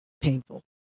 painful